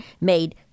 made